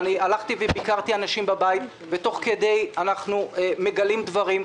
גם ביקרתי אנשים בביתם ותוך כדי אנחנו מגלים דברים.